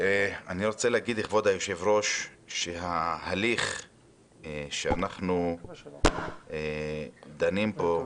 אני רוצה להגיד לכבוד היושב-ראש שההליך שאנחנו דנים בו,